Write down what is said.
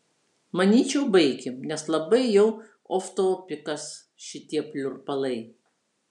manyčiau baikim nes labai jau oftopikas šitie pliurpalai